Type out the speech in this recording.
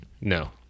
No